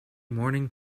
morning